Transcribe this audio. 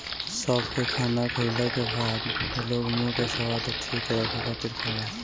सौंफ के खाना खाईला के बाद लोग मुंह के स्वाद ठीक रखे खातिर खाला